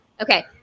Okay